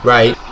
Right